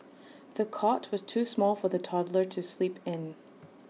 the cot was too small for the toddler to sleep in